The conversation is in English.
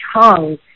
tongue